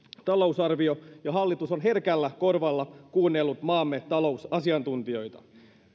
talousarvio ja hallitus on herkällä korvalla kuunnellut maamme talousasiantuntijoita